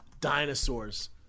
Dinosaurs